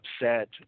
upset